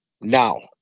Now